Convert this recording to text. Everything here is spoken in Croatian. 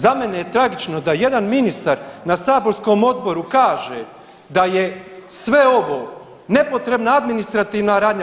Za mene je tragično da jedan ministar na saborskom odboru kaže da je sve ovo nepotrebna administrativna radnja.